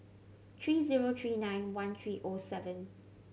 tree zero tree nine one tree O seven